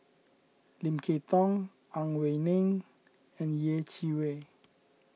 Lim Kay Tong Ang Wei Neng and Yeh Chi Wei